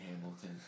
Hamilton